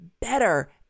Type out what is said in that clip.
better